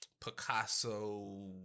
Picasso